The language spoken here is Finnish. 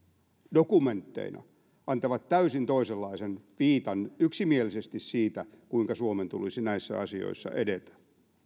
dokumentteina antavat täysin toisenlaisen viitan yksimielisesti siitä kuinka suomen tulisi näissä asioissa edetä